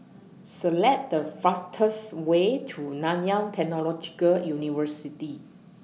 Select The fastest Way to Nanyang Technological University